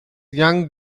young